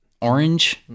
orange